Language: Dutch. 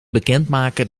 bekendmaken